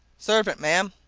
servant, ma'am,